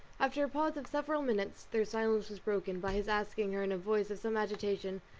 after a pause of several minutes, their silence was broken, by his asking her in a voice of some agitation,